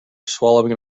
swallowing